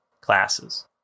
classes